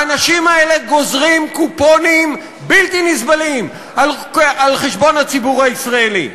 האנשים האלה גוזרים קופונים בלתי נסבלים על חשבון הציבור הישראלי.